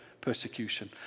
persecution